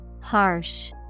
Harsh